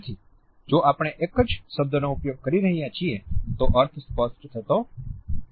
તેથી જો આપણે એક જ શબ્દ નો ઉપયોગ કરી રહ્યાં છીએ તો અર્થ સ્પષ્ટ થતો નથી